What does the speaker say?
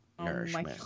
nourishment